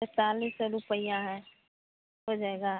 पैंतालिस सौ रुपया है हो जाएगा